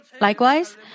Likewise